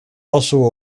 also